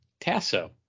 tasso